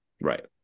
Right